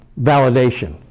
validation